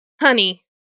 honey